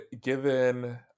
given